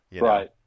Right